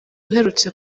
uherutse